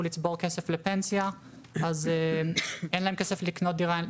לצבור כסף לפנסיה ולכן אין להם כסף לקנות דירה,